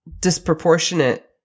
disproportionate